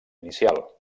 inicial